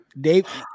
Dave